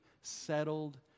settled